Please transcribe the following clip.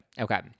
Okay